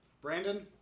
Brandon